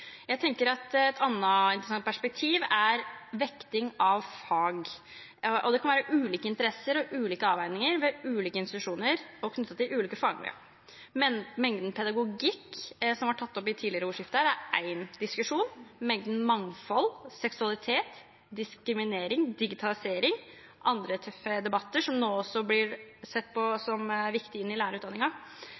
Jeg synes tillit er et nøkkelord her. Et annet interessant perspektiv er vekting av fag. Det kan være ulike interesser og ulike avveininger ved ulike institusjoner, knyttet til ulike fagmiljøer. Mengden pedagogikk, som er tatt opp tidligere i ordskiftet, er én diskusjon, og mengden mangfold, seksualitet, diskriminering, digitalisering og andre tøffe debatter blir nå sett på som viktig inn i